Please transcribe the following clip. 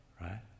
right